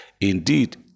Indeed